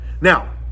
Now